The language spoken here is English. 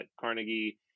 Carnegie